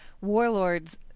Warlords